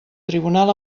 tribunal